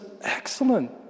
excellent